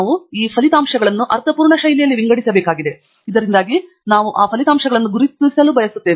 ನಾವು ಈ ಫಲಿತಾಂಶಗಳನ್ನು ಅರ್ಥಪೂರ್ಣ ಶೈಲಿಯಲ್ಲಿ ವಿಂಗಡಿಸಬೇಕಾಗಿದೆ ಇದರಿಂದಾಗಿ ನಾವು ಆ ಫಲಿತಾಂಶಗಳನ್ನು ಗುರುತಿಸಲು ನಾವು ಬಯಸುತ್ತೇವೆ